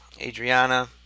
Adriana